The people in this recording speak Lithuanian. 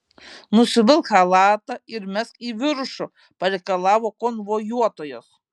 nusivilk chalatą ir mesk į viršų pareikalavo konvojuotojas